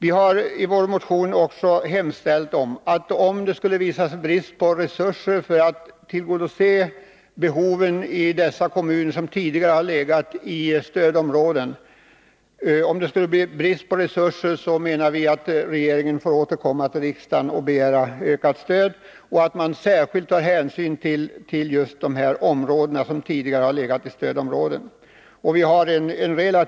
I motionen har vi föreslagit att regeringen, om det skulle visa sig vara brist på resurser när det gäller att tillgodose behoven i dessa kommuner, som tidigare varit inplacerade i stödområden, får återkomma till riksdagen och begära ökat stöd. Vidare föreslår vi att man tar särskild hänsyn till just de områden som tidigare varit inplacerade i ssödområdena.